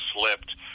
slipped